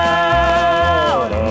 out